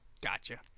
Gotcha